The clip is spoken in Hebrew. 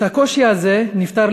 הקושי הזה נפתר,